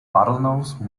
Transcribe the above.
bottlenose